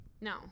No